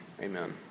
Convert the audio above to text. Amen